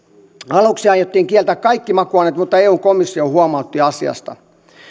aluksi aiottiin kieltää kaikki makuaineet mutta eun komissio huomautti asiasta